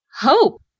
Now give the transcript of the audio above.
hope